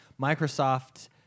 Microsoft